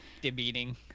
debating